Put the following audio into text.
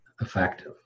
effective